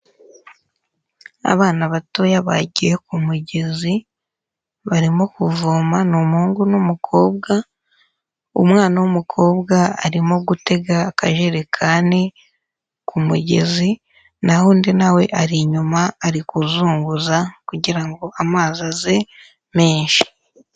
Abana batoya bagiye ku mugezi barimo kuvoma, ni umuhungu n'umukobwa umwana w'umukobwa arimo gutega akajerekani ku mugezi naho undi nawe ari inyuma ari kuzunguza kugira ngo amazi aze menshi.